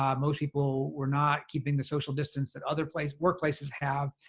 um most people were not keeping the social distance that other places, workplaces have.